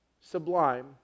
sublime